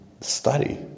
study